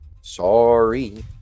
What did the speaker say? Sorry